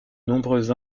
nombreuses